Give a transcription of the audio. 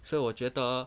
so 我觉得